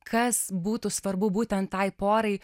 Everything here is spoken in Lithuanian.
kas būtų svarbu būtent tai porai